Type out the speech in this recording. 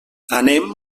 anem